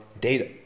data